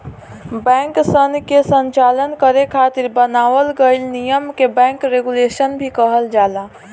बैंकसन के संचालन करे खातिर बनावल गइल नियम के बैंक रेगुलेशन भी कहल जाला